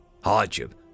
hardship